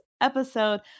episode